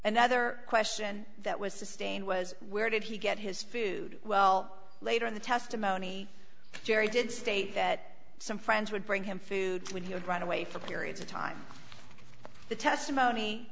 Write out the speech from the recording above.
another question that was sustained was where did he get his food well later in the testimony jerry did state that some friends would bring him food when he would run away for periods of time the testimony